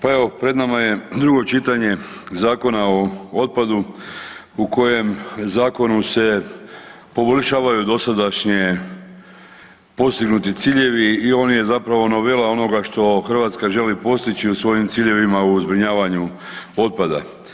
Pa evo pred nama je drugo čitanje Zakona o otpadu u kojem zakonu se poboljšavaju dosadašnji postignuti ciljevi i on je zapravo novela onoga što Hrvatska želi postići u svojim ciljevima u zbrinjavanju otpada.